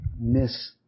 miss